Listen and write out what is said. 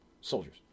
soldiers